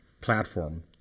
platform